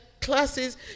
classes